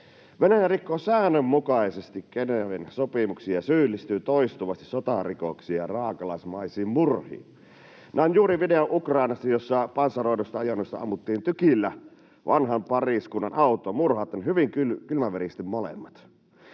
Venäjä rikkoo säännönmukaisesti Geneven sopimuksen ja syyllistyy toistuvasti sotarikoksiin ja raakalaismaisiin murhiin. Näin juuri videon Ukrainasta, jossa panssaroidusta ajoneuvosta ammuttiin tykillä vanhan pariskunnan auto murhaten hyvin kylmäverisesti molemmat.